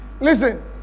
Listen